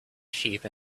sheep